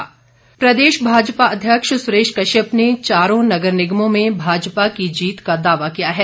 सुरेश कश्यप प्रदेश भाजपा अध्यक्ष सुरेश कश्यप ने चारों नगर निगमों में भाजपा की जीत का दावा किया है